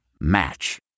Match